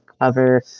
cover